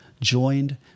joined